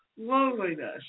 loneliness